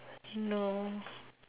he know